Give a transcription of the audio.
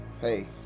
Hey